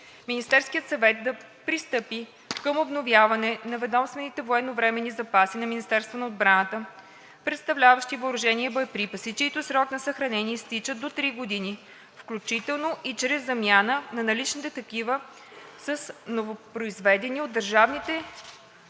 „Министерският съвет да пристъпи към обновяване на ведомствените военновременни запаси на Министерството на отбраната, представляващи въоръжение и боеприпаси, чиито срок на съхранение изтича до три години, включително и чрез замяна на наличните такива с новопроизведени от държавните публични